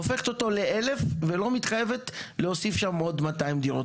הופכת אותו ל-1,000 ולא מתחייבת להוסיף שם עוד 200 דירות.